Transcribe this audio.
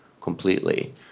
completely